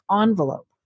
envelope